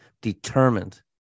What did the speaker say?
determined